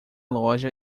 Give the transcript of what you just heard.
loja